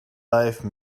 life